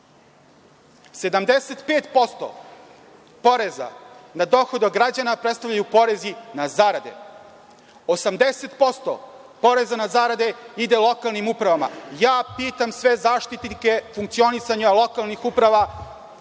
75% poreza na dohodak građana predstavljaju porezi na zarade; 80% poreza na zarade ide lokalnim upravama. Ja pitam sve zaštitnike funkcionisanja lokalnih uprava